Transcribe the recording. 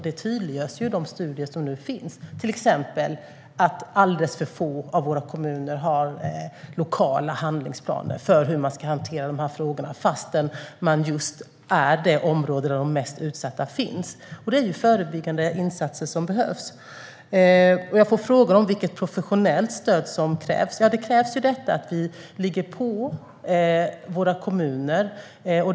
Det tydliggörs i de studier som nu finns att till exempel alldeles för få av våra kommuner har lokala handlingsplaner för hur man ska hantera dessa frågor trots att just kommunerna är det område där de mest utsatta finns. Det är förebyggande insatser som behövs. Jag får frågor om vilket professionellt stöd som krävs. Det krävs att vi ligger på våra kommuner.